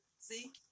See